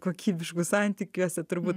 kokybišku santykiuose turbūt